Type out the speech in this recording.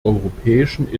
europäischen